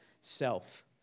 self